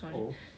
oh